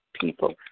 people